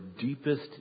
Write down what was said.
deepest